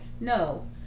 No